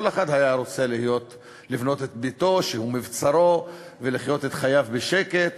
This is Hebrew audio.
כל אחד היה רוצה לבנות את ביתו שהוא מבצרו ולחיות את חייו בשקט